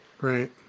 Right